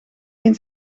geen